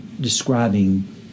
describing